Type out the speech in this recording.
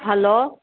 hello